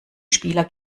spieler